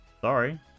Sorry